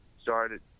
Started